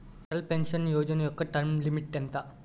Atal pension Yojana యెక్క term limit ఎంత?